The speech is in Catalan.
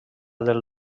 del